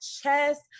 chest